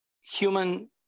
human